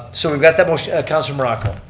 so we've got that motion, councillor morocco.